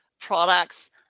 products